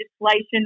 legislation